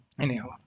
Anyhow